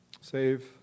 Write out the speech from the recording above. Save